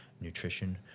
nutrition